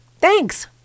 Thanks